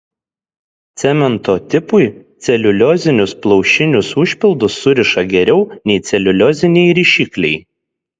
cemento tipui celiuliozinius plaušinius užpildus suriša geriau nei celiulioziniai rišikliai